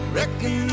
reckon